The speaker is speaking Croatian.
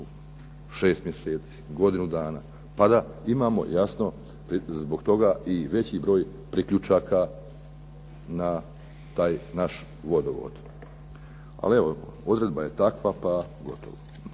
6 mj., godinu dana pa da imamo jasno zbog toga i veći broj priključaka na taj naš vodovod? Ali evo odredba je takva pa gotovo.